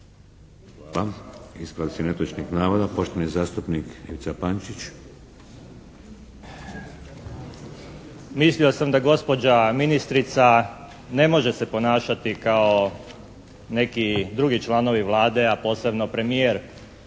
Hvala. Ispravci netočnih navoda, poštovani zastupnik Ivica Pančić. **Pančić, Ivica (SDP)** Mislio sam da gospođa ministrica ne može se ponašati kao neki drugi članovi Vlade, a posebno premijer.